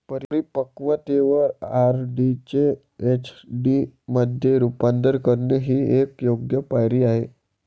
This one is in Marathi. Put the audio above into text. परिपक्वतेवर आर.डी चे एफ.डी मध्ये रूपांतर करणे ही एक योग्य पायरी आहे